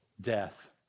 death